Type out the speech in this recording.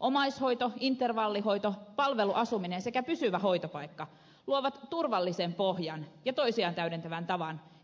omaishoito intervallihoito palveluasuminen sekä pysyvä hoitopaikka täydentävät toisiaan ja luovat turvallisen pohjan